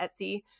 Etsy